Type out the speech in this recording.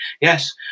Yes